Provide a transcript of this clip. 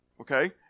Okay